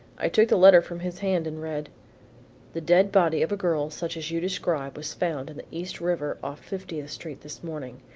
i took the letter from his hand and read the dead body of a girl such as you describe was found in the east river off fiftieth street this morning.